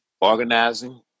organizing